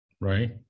right